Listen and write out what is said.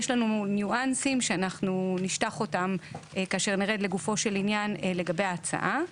יש לנו ניואנסים שאנחנו נשטח אותם כאשר נרד לגופו של עניין לגבי ההצעה.